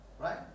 Right